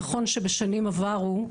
נכון שבשנים עברו,